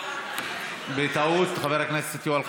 בטעות הצבעתי אצל רויטל,